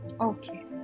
Okay